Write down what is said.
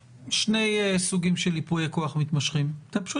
כאשר יש מיופה כוח והוא יכול להביא להפעלה שזו אחריות